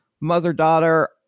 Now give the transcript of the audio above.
mother-daughter